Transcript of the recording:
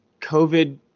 COVID